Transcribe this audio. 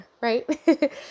Right